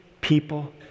people